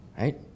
right